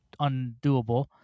undoable